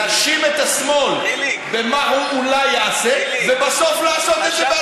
להאשים את השמאל במה שהוא אולי יעשה ובסוף לעשות את זה בעצמו.